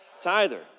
Tither